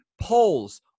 polls